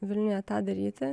vilniuje tą daryti